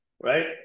right